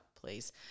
please